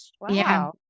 wow